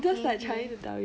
okay okay